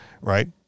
right